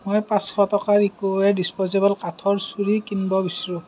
মই পাঁচশ টকাৰ ইক'ৱেৰ ডিচপ'জেবল কাঠৰ ছুৰী কিনিব বিচাৰোঁ